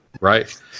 right